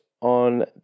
on